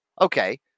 Okay